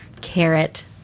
carrot